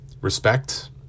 respect